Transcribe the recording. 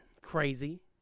Crazy